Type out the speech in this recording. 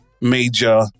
major